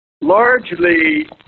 largely